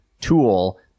tool